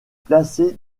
placé